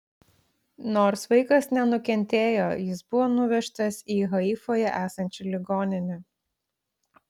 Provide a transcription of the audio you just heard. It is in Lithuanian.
nors vaikas nenukentėjo jis buvo nuvežtas į haifoje esančią ligoninę